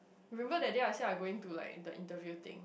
remember that I say I going to like the interview thing